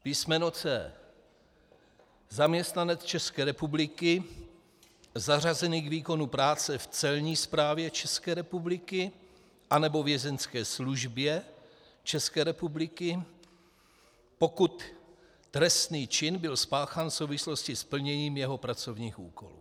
Písmeno c) zaměstnanec České republiky zařazený k výkonu práce v Celní správě České republiky anebo Vězeňské službě České republiky, pokud trestný čin byl spáchán v souvislosti s plněním jeho pracovních úkolů.